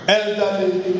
elderly